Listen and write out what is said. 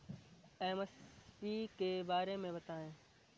MSP के बारे में बतायें?